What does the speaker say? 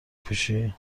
پوشی